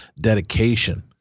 dedication